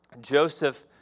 Joseph